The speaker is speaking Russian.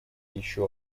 еще